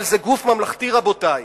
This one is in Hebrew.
אבל זה גוף ממלכתי, רבותי.